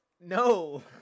No